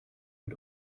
mit